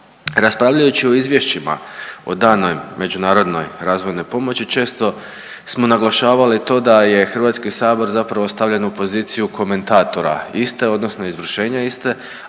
raspravljajući o izvješćima o danoj međunarodnoj razvojnoj pomoći često smo naglašavali to da je Hrvatski sabor zapravo stavljen u poziciju komentatora iste odnosno izvršenja iste,